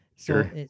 Sure